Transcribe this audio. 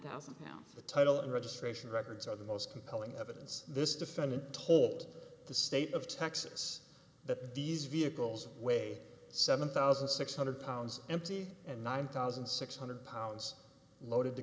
thousand pounds the title and registration records are the most compelling evidence this defendant told the state of texas that these vehicles weigh seven thousand six hundred pounds empty and nine thousand six hundred pounds loaded t